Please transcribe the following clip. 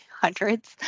hundreds